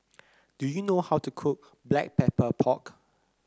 do you know how to cook Black Pepper Pork